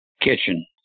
kitchen